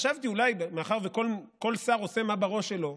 חשבתי שאולי מאחר שכל שר עושה מה בראש שלו,